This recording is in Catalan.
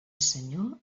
senyor